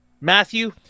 Matthew